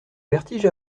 vertige